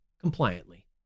compliantly